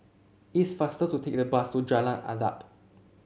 it's faster to take the bus to Jalan Adat